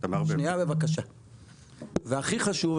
והכי חשוב,